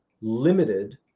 limited